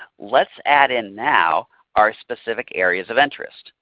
let's add in now our specific areas of interest.